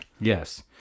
Yes